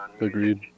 Agreed